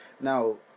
Now